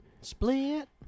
Split